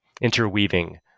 interweaving